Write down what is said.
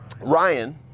Ryan